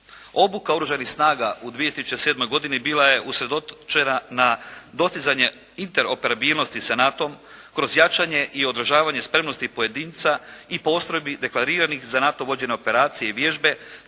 Obuka Oružanih snaga u 2007. godini bila je usredotočena na dostizanje interoperabilnosti sa NATO-om kroz jačanje i odražavanje spremnosti pojedinca i postrojbi deklariranih za NATO vođene operacije i vježbe,